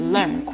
Learn